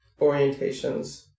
orientations